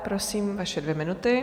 Prosím, vaše dvě minuty.